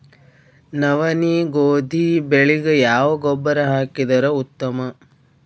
ನವನಿ, ಗೋಧಿ ಬೆಳಿಗ ಯಾವ ಗೊಬ್ಬರ ಹಾಕಿದರ ಉತ್ತಮ?